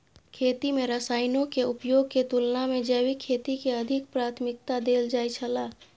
खेती में रसायनों के उपयोग के तुलना में जैविक खेती के अधिक प्राथमिकता देल जाय छला